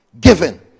Given